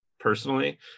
personally